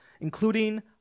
including